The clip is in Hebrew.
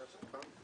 (הישיבה נפסקה בשעה 12:19 ונתחדשה בשעה 12:22.)